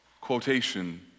quotation